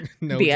No